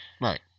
Right